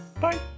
bye